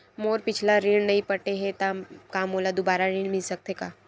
मोर पिछला ऋण नइ पटे हे त का मोला दुबारा ऋण मिल सकथे का?